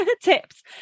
tips